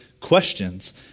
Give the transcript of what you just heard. questions